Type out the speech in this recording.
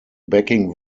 backing